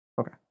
Okay